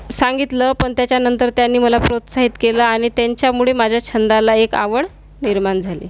सांगितलं पण त्याच्यानंतर त्यांनी मला प्रोत्साहित केलं आणि त्यांच्यामुळे माझ्या छंदाला एक आवड निर्माण झाली